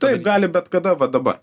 taip gali bet kada va dabar